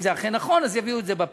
אם זה אכן נכון, אז יביאו את זה בפגרה.